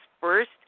first